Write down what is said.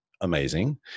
amazing